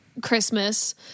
Christmas